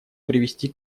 привести